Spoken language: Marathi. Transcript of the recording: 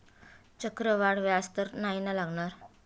चक्रवाढ व्याज तर नाही ना लागणार?